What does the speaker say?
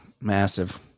Massive